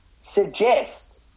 suggest